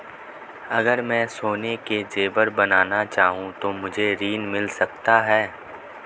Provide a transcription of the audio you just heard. अगर मैं सोने के ज़ेवर बनाना चाहूं तो मुझे ऋण मिल सकता है?